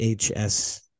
HS